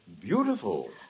Beautiful